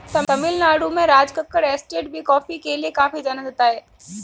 तमिल नाडु में राजकक्कड़ एस्टेट भी कॉफी के लिए काफी जाना जाता है